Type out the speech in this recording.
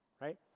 right